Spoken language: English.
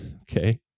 Okay